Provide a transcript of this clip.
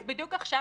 בדיוק עכשיו